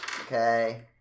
Okay